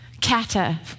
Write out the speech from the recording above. Kata